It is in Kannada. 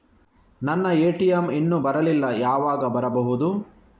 ನನ್ನ ಎ.ಟಿ.ಎಂ ಇನ್ನು ಬರಲಿಲ್ಲ, ಯಾವಾಗ ಬರಬಹುದು?